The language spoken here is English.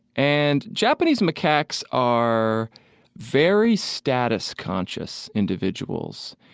and japanese macaques are very status-conscious individuals.